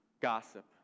gossip